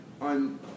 on